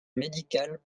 médicale